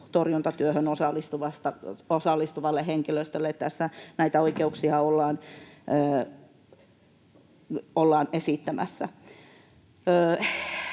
torjuntatyöhön osallistuvalle henkilöstölle tässä näitä oikeuksia ollaan esittämässä.